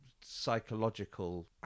psychological